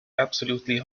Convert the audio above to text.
absolutely